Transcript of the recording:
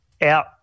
out